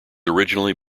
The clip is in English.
originally